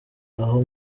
aho